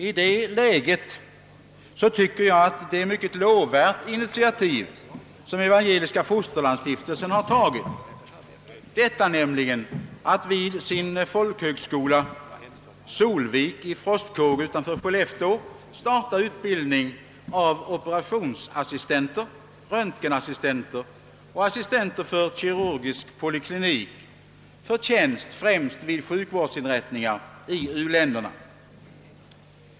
I detta läge tycker jag att det är ett mycket lovvärt initiativ som Evan geliska fosterlandsstiftelsen har tagit, nämligen att vid sin folkhögskola Solvik i Frostkåge utanför Skellefteå starta utbildning av operationsassistenter, röntgensassistenter och assistenter vid kirurgisk poliklinik för tjänstgöring vid vederbörande sjukvårdsinrättningar i u-länderna.